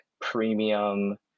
premium